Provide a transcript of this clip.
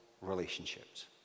relationships